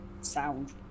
sound